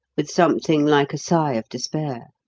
with something like a sigh of despair.